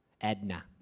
Edna